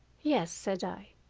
yes, said i,